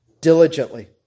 diligently